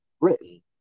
Britain